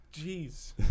jeez